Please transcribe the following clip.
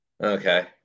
Okay